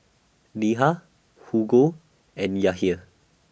Neha Hugo and Yahir